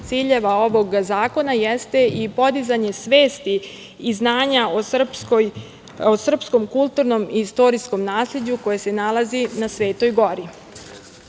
ciljeva ovog zakona jeste i podizanje svesti i znanja o srpskom kulturnom i istorijskom nasleđu koje se nalazi na Svetoj Gori. Na